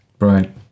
Right